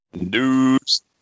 News